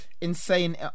insane